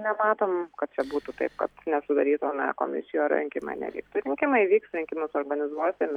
nematom kad būtų taip kad nesudarytų ar ne komisijų ar rinkimai nevyk rinkimai vyks rinkimus organizuosim